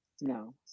No